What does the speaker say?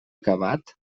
acabat